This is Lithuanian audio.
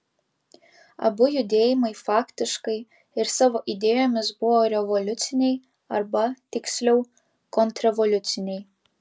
abu judėjimai faktiškai ir savo idėjomis buvo revoliuciniai arba tiksliau kontrrevoliuciniai